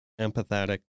empathetic